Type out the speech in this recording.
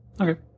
Okay